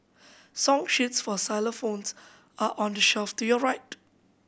song sheets for xylophones are on the shelf to your right